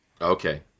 Okay